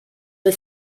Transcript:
the